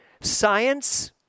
science